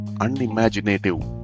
unimaginative